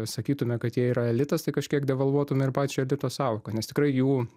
sakytume kad jie yra elitas tai kažkiek devalvuotume ir pačią elito sąvoką nes tikrai jų